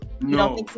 no